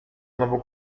znowu